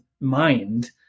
mind